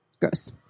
Gross